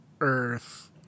earth